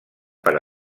per